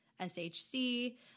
SHC